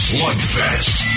Slugfest